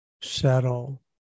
settle